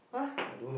!huh!